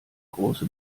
große